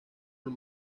los